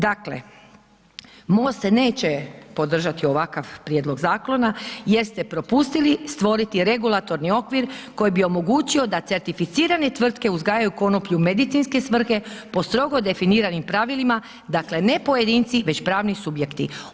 Dakle, MOST se neće podržati ovakav prijedlog zakona jer ste propustili stvoriti regulatorni okvir koji bi omogućio da certificirane tvrtke uzgajaju konoplju u medicinske svrhe po strogo definiranim pravilima, dakle, ne pojedinci, nego pravni subjekti.